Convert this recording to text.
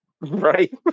Right